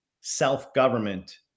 self-government